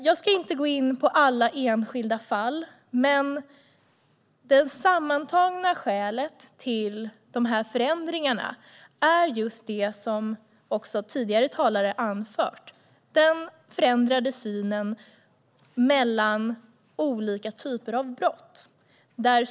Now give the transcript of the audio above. Jag ska inte gå in på alla enskilda fall, men det sammantagna skälet till förändringarna är just det som tidigare talare har anfört, nämligen den förändrade synen på olika typer av brott.